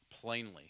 plainly